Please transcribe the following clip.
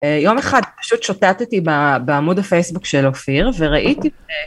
יום אחד פשוט שוטטתי בעמוד הפייסבוק של אופיר וראיתי את זה.